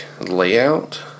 layout